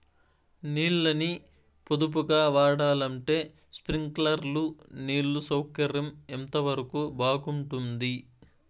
నీళ్ళ ని పొదుపుగా వాడాలంటే స్ప్రింక్లర్లు నీళ్లు సౌకర్యం ఎంతవరకు బాగుంటుంది?